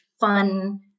fun